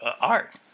art